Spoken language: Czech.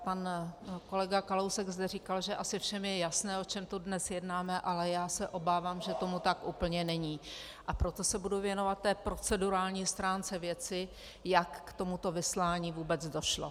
Pan kolega Kalousek zde říkal, že asi všem je jasné, o čem tu dnes jednáme, ale já se obávám, že tomu tak úplně není, a proto se budu věnovat procedurální stránce věci, jak k tomuto vyslání vůbec došlo.